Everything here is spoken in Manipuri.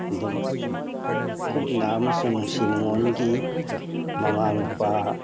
ꯑꯗꯨꯝ ꯀꯨꯞꯅ ꯑꯃꯁꯨꯡ ꯅꯨꯡꯁꯤ ꯅꯨꯉꯣꯟꯒꯤ ꯃꯃꯥ ꯃꯄꯥ